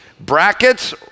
brackets